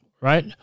right